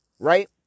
Right